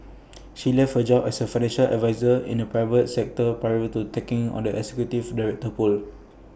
she left her job as A financial adviser in the private sector prior to taking on the executive director role